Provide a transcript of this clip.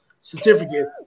certificate